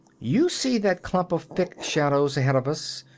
you see that clump of thick shadows ahead of us,